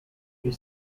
you